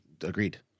Agreed